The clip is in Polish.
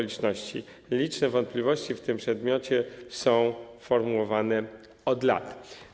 Liczne wątpliwości w tym przedmiocie są formułowane od lat.